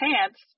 pants